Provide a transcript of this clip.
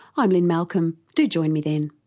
i'm lynne malcolm, do join me then